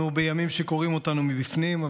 אנחנו בימים שקורעים אותנו מבפנים.